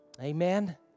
Amen